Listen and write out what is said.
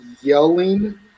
yelling